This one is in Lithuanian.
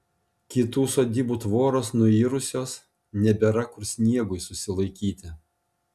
kitų sodybų tvoros nuirusios nebėra kur sniegui susilaikyti